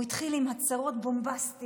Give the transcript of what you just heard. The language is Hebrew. הוא התחיל עם הצהרות בומבסטיות,